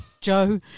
Joe